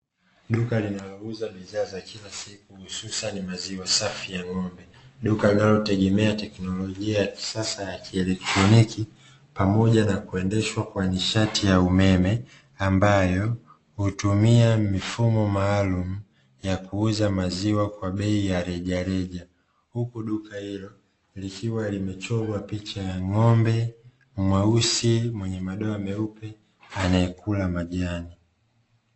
Duka linalouza bidhaa za kila siku hususani maziwa safi ya ng’ombe. Duka linalotegemea teknolojia ya kisasa ya kielektroniki, pamoja na kuendeshwa kwa nishati ya umeme ambayo hutumia mifumo maalumu ya kuuza maziwa kwa bei ya rejareja. Huku duka hilo likiwa limechorwa picha ya ng’ombe mweusi mwenye madoa meupe anayekula majani.